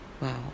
Wow